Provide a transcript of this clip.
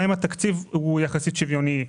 שבהן התקציב הוא יחסית שוויוני.